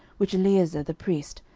which eleazar the priest,